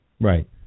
right